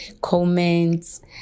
comments